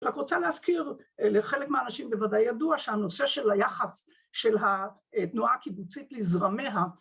רק רוצה להזכיר, לחלק מהאנשים בוודאי ידוע, שהנושא של היחס של התנועה הקיבוצית לזרמיה...